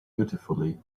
beautifully